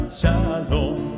shalom